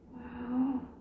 Wow